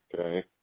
okay